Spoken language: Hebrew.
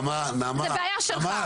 נעמה, נעמה.